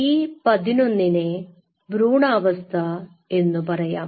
E 11 നെ ഭ്രൂണാവസ്ഥ എന്നുപറയാം